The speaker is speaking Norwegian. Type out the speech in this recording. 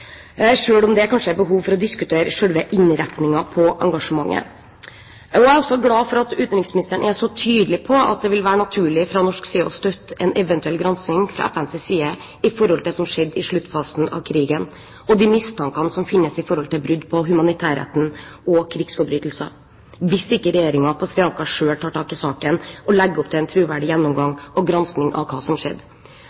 om det kanskje er behov for å diskutere selve innretningen på engasjementet. Jeg er også glad for at utenriksministeren er så tydelig på at det vil være naturlig fra norsk side å støtte en eventuell granskning fra FNs side med tanke på det som skjedde i sluttfasen av krigen, og de mistankene som finnes når det gjelder brudd på humanitærretten og krigsforbrytelser, hvis ikke Regjeringen på Sri Lanka selv tar tak i saken og legger opp til en troverdig gjennomgang